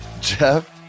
Jeff